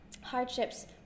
hardships